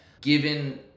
Given